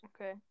okay